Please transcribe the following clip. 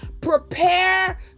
prepare